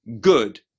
good